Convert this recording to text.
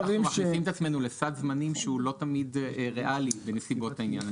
אנחנו מכניסים את עצמנו לסד זמנים שהוא לא תמיד ריאלי בנסיבות העניין.